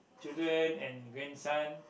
children and grandson